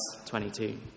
22